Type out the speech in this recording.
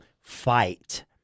fight